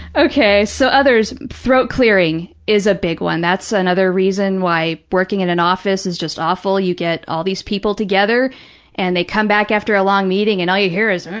okay, so others, throat clearing is a big one. that's another reason why working in an office is just awful. you get all these people together and they come back after a long meeting and all you hear is.